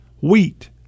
wheat